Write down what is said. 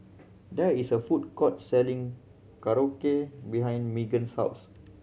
there is a food court selling Korokke behind Meagan's house